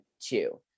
two